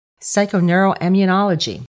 psychoneuroimmunology